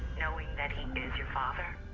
knowing that he is your father.